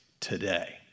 today